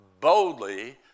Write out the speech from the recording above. boldly